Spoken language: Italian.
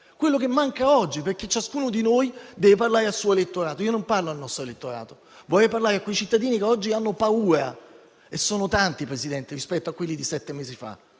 quello che oggi manca, perché ciascuno di noi deve parlare al suo elettorato. Io non parlo al mio elettorato, ma vorrei parlare a quei cittadini che oggi hanno paura e sono tanti, Presidente, rispetto a quelli di sette mesi fa,